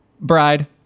Bride